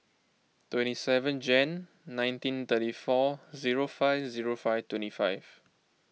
twenty seven Jan nineteen thirty four zero five zero five twenty five